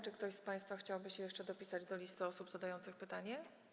Czy ktoś z państwa chciałby jeszcze dopisać się do listy osób zadających pytanie?